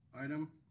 item